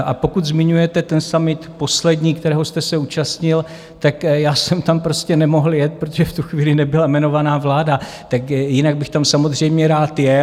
A pokud zmiňujete ten summit poslední, kterého jste se účastnil, tak jsem tam prostě nemohl jet, protože v tu chvíli nebyla jmenovaná vláda, jinak bych tam samozřejmě rád jel.